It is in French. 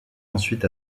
ensuite